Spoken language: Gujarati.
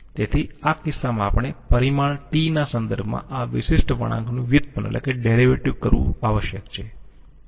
તેથી આ કિસ્સામાં આપણે પરિમાણ t ના સંદર્ભમાં આ વિશિષ્ટ વળાંકનું વ્યુત્પન્ન કરવું આવશ્યક છે